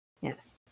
yes